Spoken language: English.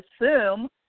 assume